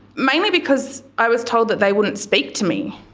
mainly because i was told that they wouldn't speak to me.